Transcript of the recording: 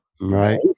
Right